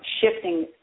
shifting